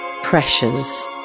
pressures